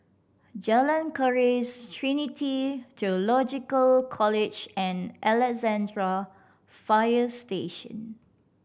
Jalan Keris Trinity Theological College and Alexandra Fire Station